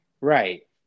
Right